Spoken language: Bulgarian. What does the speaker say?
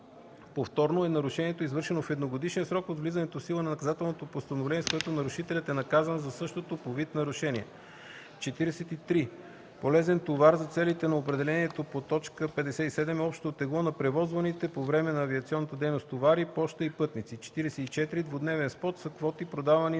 „Повторно” е нарушението, извършено в едногодишен срок от влизането в сила на наказателното постановление, с което нарушителят е наказан за същото по вид нарушение. 43. „Полезен товар” за целите на определението по т. 57 е общото тегло на превозваните по време на авиационната дейност товари, поща и пътници. 44. „Двудневен спот” са квоти, продавани